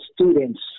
students